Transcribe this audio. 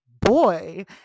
Boy